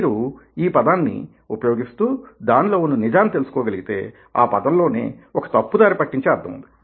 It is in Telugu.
మీరు ఈ పదాన్ని ఉపయోగిస్తూ దానిలో ఉన్న నిజాన్ని తెలుసుకోగలిగితే ఆ పదంలోనే ఒక తప్పు దారి పట్టించే అర్థం ఉంది